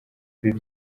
ibi